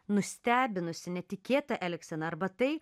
nustebinusi netikėta elgsena arba tai